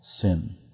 sin